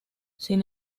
sin